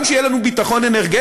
וגם כדי שיהיה לנו ביטחון אנרגטי,